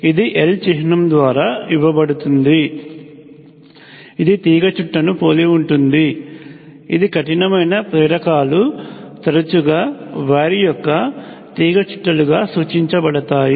ఇది L చిహ్నం ద్వారా ఇవ్వబడుతుంది ఇది తీగచుట్టను పోలి ఉంటుంది ఇది కఠినమైన ప్రేరకాలు తరచుగా వైర్ యొక్క తీగచుట్టలుగా సూచించబడతాయి